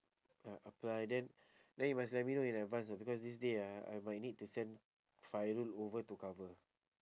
ya apply then then you must let me know in advance know because this day ah I might need to send fairul over to cover